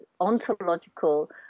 ontological